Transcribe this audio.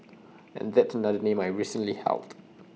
and that's another name I've recently held